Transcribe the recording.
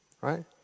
right